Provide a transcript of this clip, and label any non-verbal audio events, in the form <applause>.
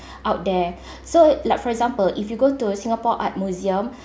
<breath> out there <breath> so like for example if you go to a singapore art museum